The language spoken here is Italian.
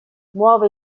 muove